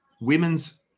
women's